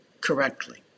correctly